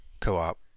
co-op